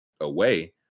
away